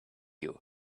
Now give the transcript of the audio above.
you